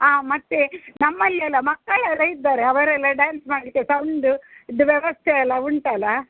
ಹಾಂ ಮತ್ತು ನಮ್ಮಲ್ಲಿ ಎಲ್ಲ ಮಕ್ಕಳೆಲ್ಲ ಇದ್ದಾರೆ ಅವರೆಲ್ಲ ಡ್ಯಾನ್ಸ್ ಮಾಡಲಿಕ್ಕೆ ಸೌಂಡ ಇದು ವ್ಯವಸ್ಥೆ ಎಲ್ಲ ಉಂಟಲ್ಲ